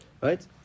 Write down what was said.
Right